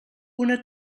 una